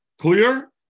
Clear